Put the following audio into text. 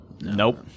nope